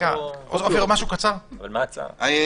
אמר שהריבון הוא מי שקובע את החריג,